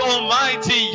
Almighty